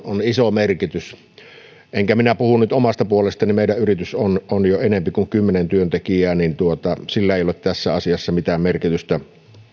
on iso merkitys enkä minä puhu nyt omasta puolestani meidän yrityksessämme on jo enempi kuin kymmenen työntekijää niin että sillä ei ole tässä asiassa mitään merkitystä